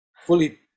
fully